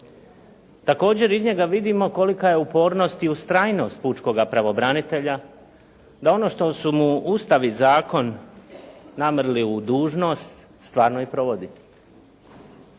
Također iz njega vidimo kolika je upornost i ustrajnost pučkoga pravobranitelja, da ono što su mu Ustav i zakon namrli u dužnost stvarno i provodi.